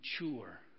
mature